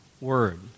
word